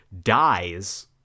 dies